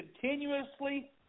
continuously